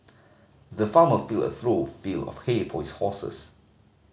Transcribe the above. the farmer filled a through fill of hay for his horses